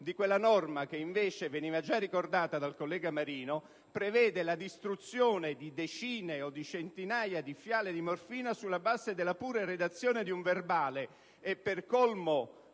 di quella norma che veniva invece già ricordata dal collega Marino, in cui si prevede la distruzione di decine o centinaia di fiale di morfina sulla base della pura redazione di un verbale. Per colmo